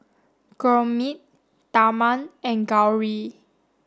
Gurmeet Tharman and Gauri